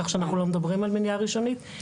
כך שאנחנו לא מדברים על מניעה ראשונית.